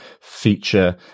feature